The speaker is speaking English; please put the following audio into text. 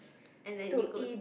and then you go